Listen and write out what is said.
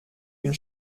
une